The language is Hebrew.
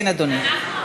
כן, אדוני.